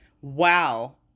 Wow